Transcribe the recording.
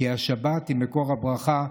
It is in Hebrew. כי השבת היא מקור הברכה,